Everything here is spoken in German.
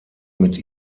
mit